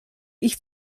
ich